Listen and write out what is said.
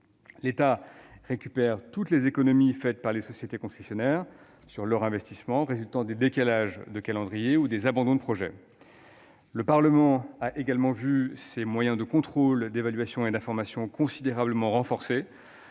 L'État récupère toutes les économies faites par les SCA sur les investissements résultant des décalages de calendrier ou des abandons de projets. Le Parlement a également vu ses moyens de contrôle, d'évaluation et d'information considérablement renforcés.